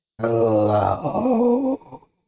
Hello